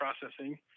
processing